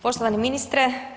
Poštovani ministre.